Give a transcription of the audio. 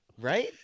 Right